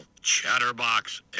Chatterbox